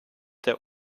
der